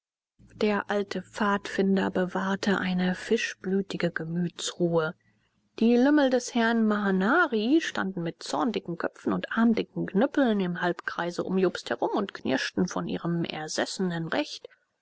der alte pfadfinder bewahrte eine fischblütige gemütsruhe die lümmel des herrn mahanari standen mit zorndicken köpfen und armdicken knüppeln im halbkreise um jobst herum und knirschten von ihrem ersessenen recht